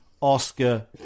Oscar